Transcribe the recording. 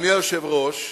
אדוני היושב-ראש,